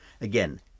Again